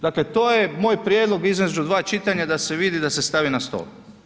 Dakle, to je moj prijedlog između 2 čitanja da se vidi da se stavi na stol.